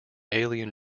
alien